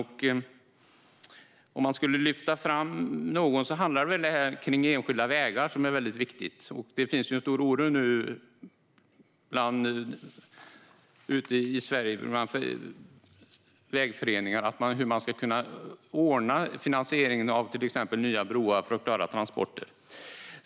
För att lyfta fram något är detta med enskilda vägar väldigt viktigt. Det finns nu en stor oro i vägföreningarna ute i Sverige. Man undrar hur man ska kunna ordna finansieringen av till exempel nya broar för att klara transporterna.